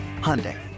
Hyundai